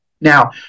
Now